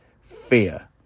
fear